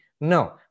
No